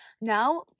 now